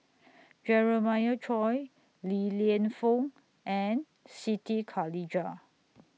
Jeremiah Choy Li Lienfung and Siti Khalijah